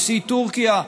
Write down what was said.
נשיא טורקיה,